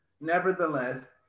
Nevertheless